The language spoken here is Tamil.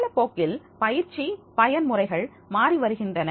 காலப்போக்கில் பயிற்சி பயன் முறைகள் மாறி வருகின்றன